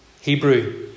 Hebrew